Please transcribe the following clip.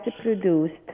produced